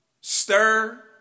stir